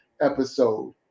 episode